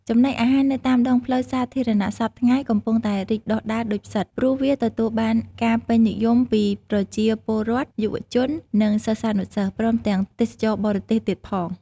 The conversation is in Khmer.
ចំណីអាហារនៅតាមដងផ្លូវសាធារណៈសព្វថ្ងៃ កំពុងតែរីកដុះដាលដូចផ្សិត ព្រោះវាទទួលបានការពេញនិយមពីប្រជាពលរដ្ឋ យុវជន និងសិស្សានុសិស្ស ព្រមទាំងទេសចរបរទេសទៀតផង។